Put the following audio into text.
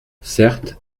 certes